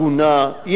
ישרה,